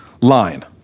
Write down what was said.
line